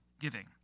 giving